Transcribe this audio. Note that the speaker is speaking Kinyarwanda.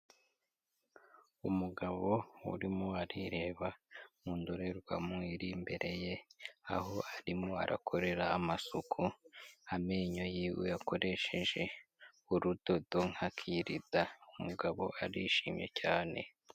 Umugabo urimo arireba mu ndorerwamo iri imbere ye, aho arimo arakorera amasuku amenyo yiwe akoresheje urudodo na kirida, umugabo arishimye cyane.